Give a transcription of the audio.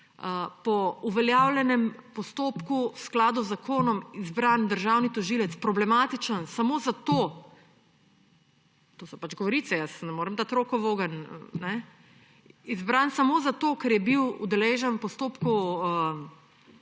po uveljavljenem postopku, v skladu z zakonom izbran nek državni tožilec problematičen samo zato – to so pač govorice, ne morem dati roko v ogenj, kajne – izbran samo zato, ker je bil udeležen v postopku